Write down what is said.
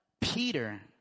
Peter